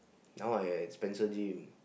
now I at Spencer gym